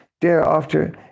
Thereafter